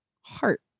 heart